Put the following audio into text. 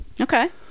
Okay